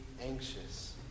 anxious